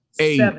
eight